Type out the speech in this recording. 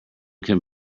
can